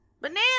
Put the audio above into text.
Banana